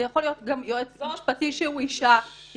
זה יכול להיות גם יועץ משפטי שהוא אישה -- זו ציניות.